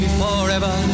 forever